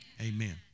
Amen